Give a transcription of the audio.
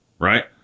Right